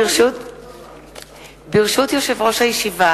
ברשות יושב-ראש הישיבה,